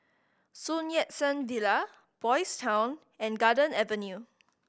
Sun Yat Sen Villa Boys' Town and Garden Avenue